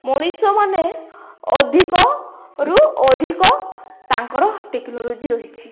ମଣିଷମାନେ ଅଧିକରୁ ଅଧିକ ତାଙ୍କର ଟେକ୍ନୋଲୋଜି ରହିଛି